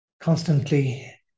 Constantly